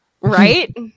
Right